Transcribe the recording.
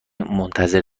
منتظر